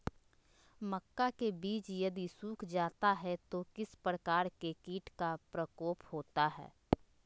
मक्का के बिज यदि सुख जाता है तो किस प्रकार के कीट का प्रकोप होता है?